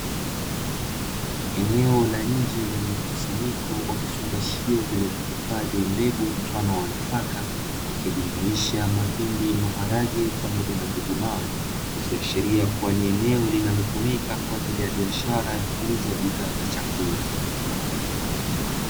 Eneo la nje lenye mkusanyiko wa vifungashio vilivyohifadhi mbegu mfano wa nafaka, ikijumuisha mahindi, maharage pamoja na njugumawe, ikiashiria kuwa ni eneo linalotumika kwa ajili ya biashara ya kuuza bidhaa za chakula.